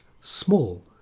small